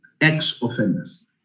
ex-offenders